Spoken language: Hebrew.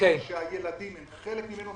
בארגון שהילדים הם חלק ממנו.